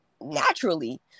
naturally